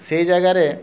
ସେଇ ଯାଗାରେ